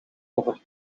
over